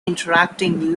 interacting